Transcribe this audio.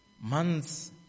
months